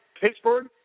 Pittsburgh